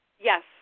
yes